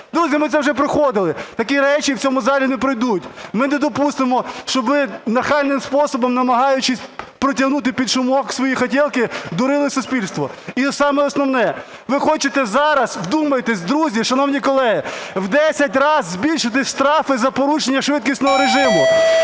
Друзі, ми це вже проходили. Такі речі в цьому залі не пройдуть. Ми не допустимо, щоб нахальним способом, намагаючись протягнути під шумок свої "хотелки", дурили суспільство. І саме основне. Ви хочете зараз, вдумайтесь, друзі, шановні колеги, в 10 раз збільшити штрафи за порушення швидкісного режиму.